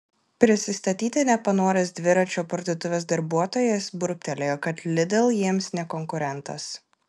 prisistatyti nepanoręs dviračių parduotuvės darbuotojas burbtelėjo kad lidl jiems ne konkurentas